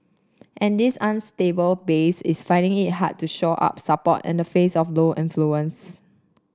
and this unstable base is finding it hard to shore up support and the face of low influence